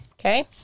okay